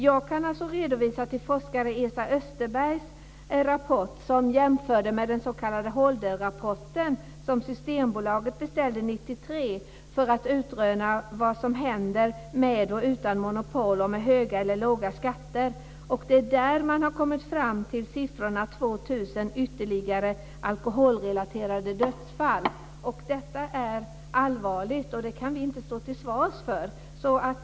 Jag kan hänvisa till forskaren Esa Österbergs rapport som jämförde med den s.k. Holderrapporten som Systembolaget beställde 1993 för att utröna vad som händer med och utan monopol och med höga eller låga skatter. Det är där man har kommit fram till siffran på ytterligare 2 000 alkoholrelaterade dödsfall. Detta är allvarligt. Det kan vi inte stå till svars för.